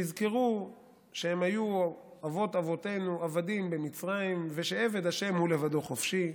שיזכרו שאבות אבותינו היו עבדים במצרים ושעבד ה' הוא לבדו חופשי,